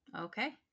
Okay